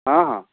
ହଁ ହଁ